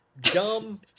Dumb